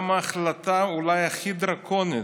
גם ההחלטה אולי הכי דרקונית,